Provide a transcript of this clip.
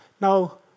Now